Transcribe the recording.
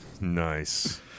Nice